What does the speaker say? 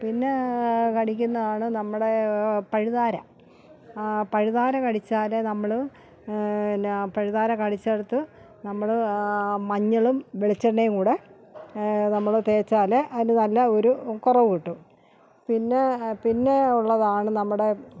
പിന്നെ പിന്നെ കടിക്കുന്നതാണ് നമ്മുടെ പഴുതാര ആ പഴുതാര കടിച്ചാല് നമ്മളെ പിന്നെ പഴുതാര കടിച്ച ഇടത്ത് നമ്മള് മഞ്ഞളും വെളിച്ചെണ്ണയും കൂടെ നമ്മള് തേച്ചാലേ നല്ലൊരു കുറവ് കിട്ടും പിന്നെ പിന്നെ ഉള്ളതാണ് നമ്മുടെ